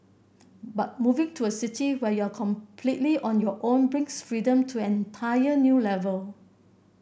but moving to a city where you're completely on your own brings freedom to an entire new level